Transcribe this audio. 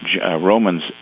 Romans